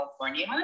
California